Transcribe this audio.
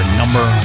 number